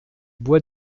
bois